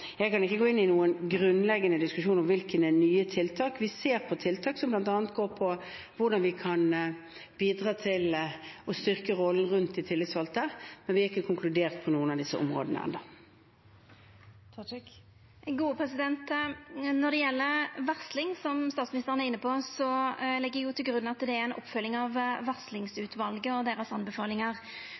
Jeg kan ikke gå inn i noen grunnleggende diskusjon om nye tiltak. Vi ser på tiltak, som bl.a. går på hvordan vi kan bidra til å styrke rollen rundt de tillitsvalgte, men vi har ikke konkludert på noen av disse områdene ennå. Når det gjeld varsling, som statsministeren er inne på, legg ho til grunn at det er ei oppfølging av varslingsutvalet og